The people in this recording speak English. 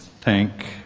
thank